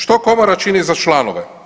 Što komora čini za članove?